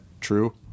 true